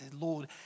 Lord